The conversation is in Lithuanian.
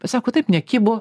pasako taip nekibo